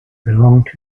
belonged